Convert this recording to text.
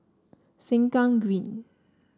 Sengkang Green